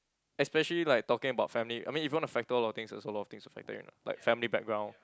especially like talking about family I mean if you wanna factor a lot of things also a lot of things to factor you know like family background